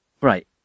Right